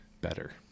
better